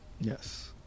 Yes